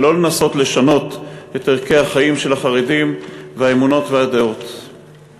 ולא לנסות לשנות את ערכי החיים והאמונות והדעות של החרדים.